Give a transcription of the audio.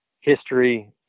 History